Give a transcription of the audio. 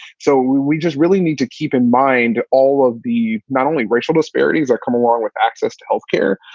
so we we just really need to keep in mind all of the not only racial disparities that come along with access to health care,